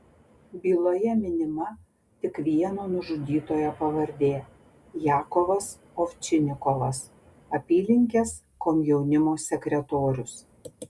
byloje minima tik vieno nužudytojo pavardė jakovas ovčinikovas apylinkės komjaunimo sekretorius